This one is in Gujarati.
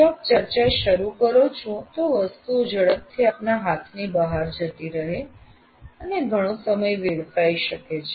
જો આપ ચર્ચા શરૂ કરો છો તો વસ્તુઓ ઝડપથી આપના હાથ બહાર જતી રહે અને ઘણો સમય વેડફાઈ શકે છે